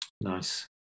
Nice